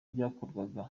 byakorwaga